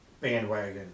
bandwagon